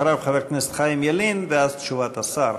אחריו, חבר הכנסת חיים ילין, ואז תשובת השר.